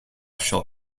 shot